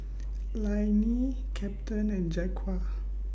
Lainey Captain and Jaquan